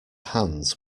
hands